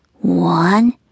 One